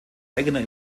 eigener